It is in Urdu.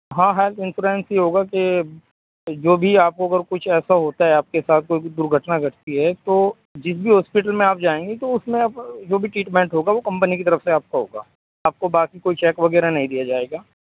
ہاں ہاں انسورنس یہ ہوگا کہ جو بھی آپ کو اگر کچھ ایسا ہوتا ہے آپ کے ساتھ کوئی بھی درگھٹنا گھٹتی ہے تو جس بھی ہاسپٹل میں آپ جائیں گی تو اس میں جو بھی ٹریٹمنٹ ہوگا وہ کمپنی کی طرف سے آپ کا ہوگا آپ کو باقی کوئی چیک وغیرہ نہیں دیا جائے گا